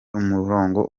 umurongo